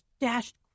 dashed